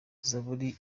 zaburi